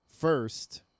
first